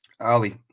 Ali